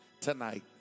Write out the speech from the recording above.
tonight